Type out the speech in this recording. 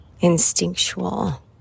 instinctual